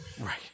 Right